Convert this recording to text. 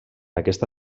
aquesta